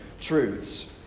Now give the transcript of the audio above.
truths